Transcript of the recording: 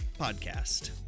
podcast